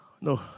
No